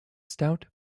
stout